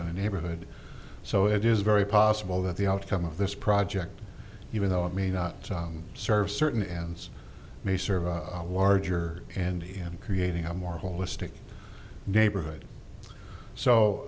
in a neighborhood so it is very possible that the outcome of this project even though it may not serve certain ends may serve a larger and am creating a more holistic neighborhood